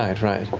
right, right.